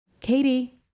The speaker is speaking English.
Katie